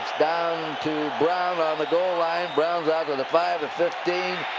down to brown on the goal line. brown's out to the five. the fifteen.